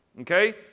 Okay